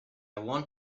want